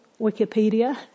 Wikipedia